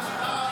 39),